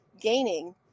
gaining